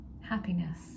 happiness